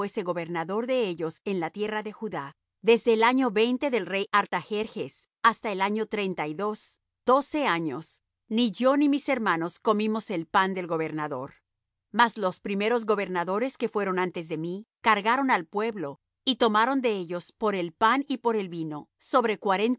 fuese gobernador de ellos en la tierra de judá desde el año veinte del rey artajerjes hasta el año treinta y dos doce años ni yo ni mis hermanos comimos el pan del gobernador mas los primeros gobernadores que fueron antes de mí cargaron al pueblo y tomaron de ellos por el pan y por el vino sobre